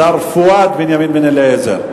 השר פואד בנימין בן-אליעזר.